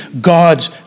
God's